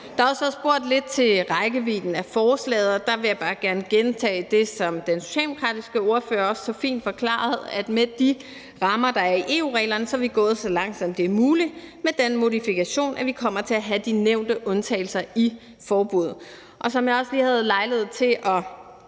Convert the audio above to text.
Der har også været spurgt lidt til rækkevidden af forslaget, og der vil jeg bare gerne gentage det, som den socialdemokratiske ordfører også så fint forklarede, nemlig at med de rammer, der er i EU-reglerne, er vi gået så langt, som det er muligt, med den modifikation, at vi kommer til at have de nævnte undtagelser i forbuddet. Og som jeg også lige havde lejlighed til at